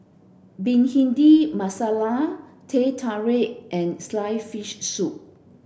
Bhindi Masala Teh Tarik and sliced fish soup